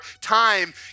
time